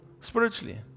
spiritually